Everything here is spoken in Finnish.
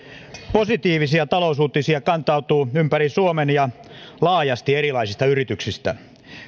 positiivisia talousuutisia kantautuu ympäri suomen ja laajasti erilaisista yrityksistä